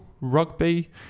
rugby